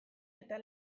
eta